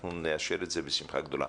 אנחנו נאשר את זה בשמחה גדולה.